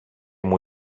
μου